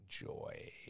enjoy